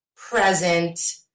present